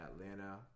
Atlanta